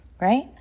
right